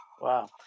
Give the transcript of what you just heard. Wow